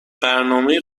برنامه